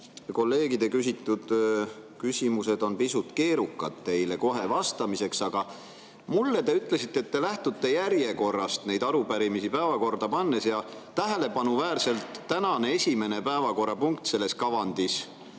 kolleegide küsitud küsimused on pisut keerukad teile kohe vastata, aga mulle te ütlesite, et te lähtute neid arupärimisi päevakorda pannes järjekorrast. Tähelepanuväärselt on tänane esimene päevakorrapunkt selles kavandis